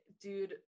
dude